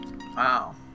Wow